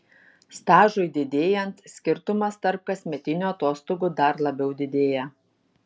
stažui didėjant skirtumas tarp kasmetinių atostogų dar labiau didėja